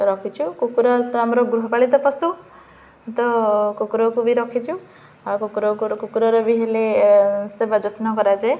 ରଖିଛୁ କୁକୁରା ତ ଆମର ଗୃହପାଳିତ ପଶୁ ତ କୁକୁରକୁ ବି ରଖିଛୁ ଆଉ କୁକୁର କୁକୁରର ବି ହେଲେ ସେବା ଯତ୍ନ କରାଯାଏ